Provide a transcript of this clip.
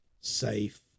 safe